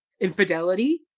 infidelity